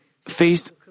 faced